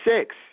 six